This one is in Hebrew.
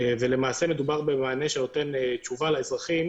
ולמעשה מדובר במענה שנותן תשובה לאזרחים